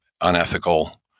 unethical